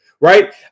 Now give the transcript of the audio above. right